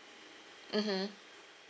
mmhmm